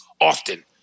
often